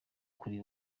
kuri